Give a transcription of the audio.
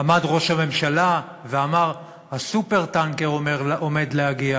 עמד ראש הממשלה ואמר: ה"סופר-טנקר" עומד להגיע.